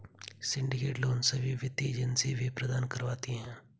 syndicate loan सभी वित्तीय agency भी प्रदान करवाती है